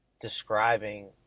describing –